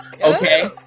okay